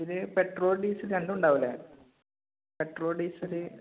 ഇത് petrol diesel രണ്ടും ഉണ്ടാവില്ലേ പെട്രോൾ ഡീസല്